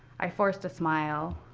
i forced a smile,